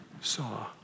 saw